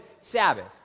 Sabbath